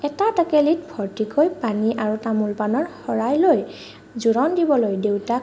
এটা টেকেলিত ভৰ্তিকৈ পানী আৰু তামোল পাণৰ শৰাই লৈ জোৰোণ দিবলৈ দেউতাক